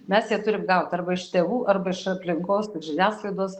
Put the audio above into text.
mes ją turim gaut arba iš tėvų arba iš aplinkos žiniasklaidos